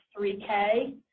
3k